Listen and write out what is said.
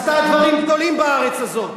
עשתה דברים גדולים בארץ הזאת.